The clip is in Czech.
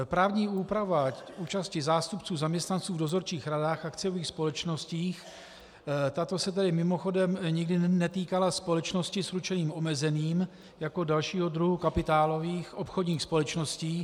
Právní úprava účasti zástupců zaměstnanců v dozorčích radách akciových společností se mimochodem nikdy netýkala společností s ručením omezeným jako dalšího druhu kapitálových obchodních společností.